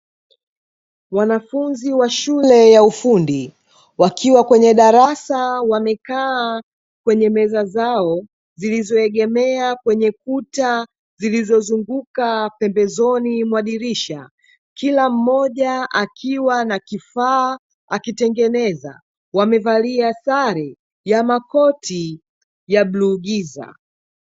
Wanafunzi wa shule ya ufundi wakiwa kwenye darasa, wamekaa kwenye meza Zao, zilizo egemea kwenye kuta zilizozunguka pembezoni mwa dirisha, kila mmoja akiwa na kifaa akitengeneza wamevalia sare ya makoti ya bluu giza.